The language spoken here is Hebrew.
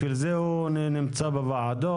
בשביל זה הוא נמצא בוועדות,